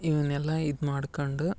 ಇವನ್ನೆಲ್ಲ ಇದು ಮಾಡ್ಕಂಡು